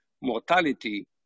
mortality